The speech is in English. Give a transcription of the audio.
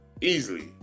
Easily